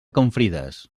confrides